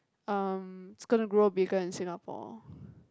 um it's gonna grow bigger in Singapore